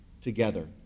together